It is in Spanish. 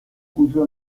cuyo